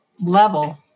Level